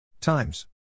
Times